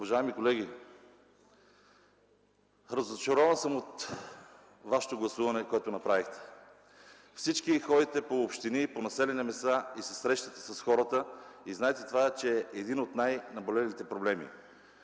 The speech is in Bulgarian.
Уважаеми колеги, разочарован съм от вашето гласуване, което направихте. Всички ходите по общини и населени места и се срещате с хората. Знаете, че това е един от най-наболелите проблеми.